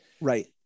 Right